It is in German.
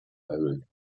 erhöhen